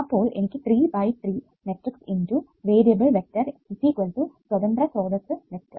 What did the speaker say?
അപ്പോൾ എനിക്ക് 3 by 3 matrix × variable vector സ്വതന്ത്ര സ്രോതസ്സ് വെക്റ്റർ